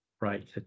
right